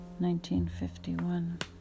1951